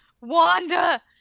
Wanda